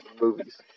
movies